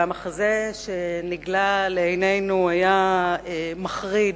המחזה שנגלה לעינינו היה מחריד.